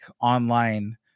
online